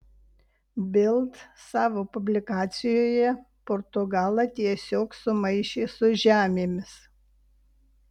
bild savo publikacijoje portugalą tiesiog sumaišė su žemėmis